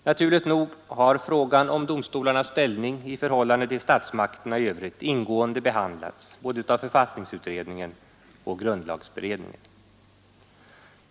Naturligt nog har frågan om domstolarnas ställning i förhållande till statsmakterna i övrigt ingående behandlats av både författningsutredningen och grundlagberedningen.